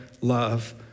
love